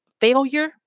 failure